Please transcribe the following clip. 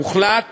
הוחלט